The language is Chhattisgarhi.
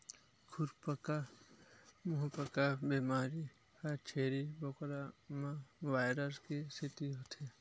खुरपका मुंहपका बेमारी ह छेरी बोकरा म वायरस के सेती होथे